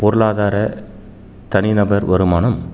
பொருளாதார தனிநபர் வருமானம்